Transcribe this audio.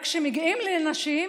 רק כשמגיעים לנשים,